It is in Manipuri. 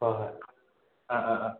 ꯍꯣꯏ ꯍꯣꯏ ꯑ ꯑ ꯑ